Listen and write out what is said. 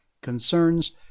Concerns